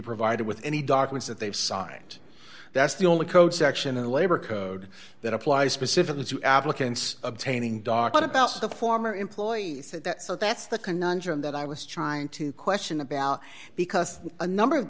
provided with any documents that they've signed that's the only code section in the labor code that applies specifically to applicants obtaining doc about the former employees at that so that's the conundrum that i was trying to question about because a number of